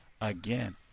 Again